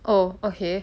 oh okay